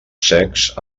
secs